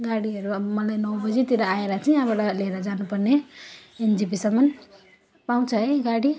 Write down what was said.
गाडीहरू अब मलाई नौ बजीतिर आएर चाहिँ यहाँबाट लिएर जानुपर्ने एनजेपीसम्म पाउँछ है गाडी